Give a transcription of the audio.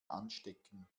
anstecken